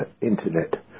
internet